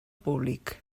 públic